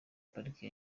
pariki